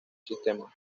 sistema